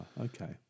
okay